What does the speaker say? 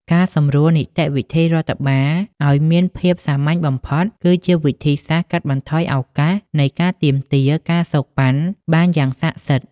ការសម្រួលនីតិវិធីរដ្ឋបាលឱ្យមានភាពសាមញ្ញបំផុត គឺជាវិធីសាស្ត្រកាត់បន្ថយឱកាសនៃការទាមទារ ការសូកប៉ាន់ បានយ៉ាងស័ក្តិសិទ្ធិ។